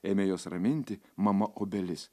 ėmė juos raminti mama obelis